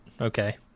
okay